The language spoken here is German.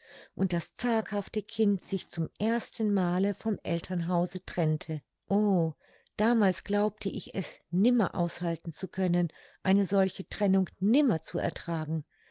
und das zaghafte kind sich zum ersten male vom elternhause trennte o damals glaubte ich es nimmer aushalten zu können eine solche trennung nimmer zu ertragen